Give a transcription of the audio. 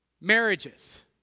Marriages